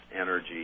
energy